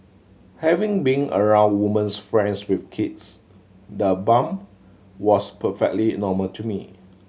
having been around woman's friends with kids the bump was perfectly normal to me